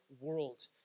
world